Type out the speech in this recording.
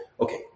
Okay